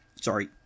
Sorry